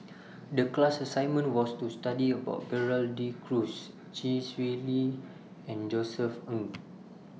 The class assignment was to study about Gerald De Cruz Chee Swee Lee and Josef Ng